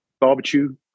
barbecue